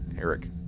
Eric